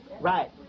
Right